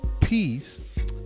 Peace